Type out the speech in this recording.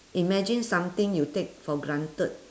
imagine something you take for granted